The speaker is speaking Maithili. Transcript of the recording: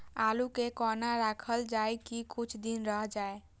आलू के कोना राखल जाय की कुछ दिन रह जाय?